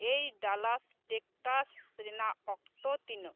ᱮᱭ Dallas Texas ᱨᱮᱱᱟᱜ ᱚᱠᱛᱚ ᱛᱤᱱᱟᱹᱜ